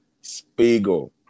Spiegel